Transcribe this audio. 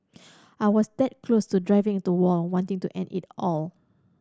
I was that close to driving into wall wanting to end it all